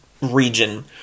Region